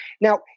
Now